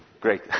great